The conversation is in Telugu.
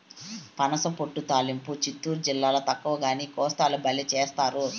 పనసపొట్టు తాలింపు చిత్తూరు జిల్లాల తక్కువగానీ, కోస్తాల బల్లే చేస్తారు